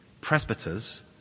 presbyters